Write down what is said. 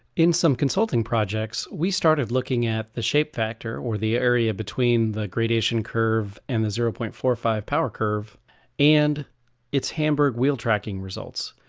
in some consulting projects we started looking at the shape factor or the area between the gradation curve and the zero point four five power curve and it's hamburg wheel tracking results,